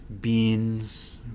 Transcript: beans